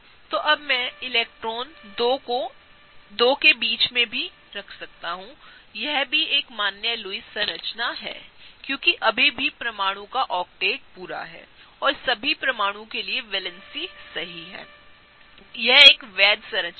तो अब मैं इलेक्ट्रॉन दो के बीच रख सकते हैं यह भी एक मान्य लुईस संरचना है क्योंकि अभी भीपरमाणु काओकटेट पूरा है और सभी परमाणुओं के लिए वैलेंसी सही हैयह एक वैध संरचना है